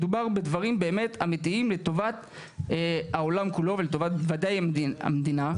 מדובר בדברים באמת אמיתיים לטובת העולם כולו ולטובת ודאי המדינה.